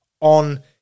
on